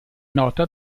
nota